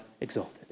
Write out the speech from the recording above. exalted